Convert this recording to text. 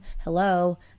hello